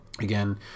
again